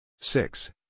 Six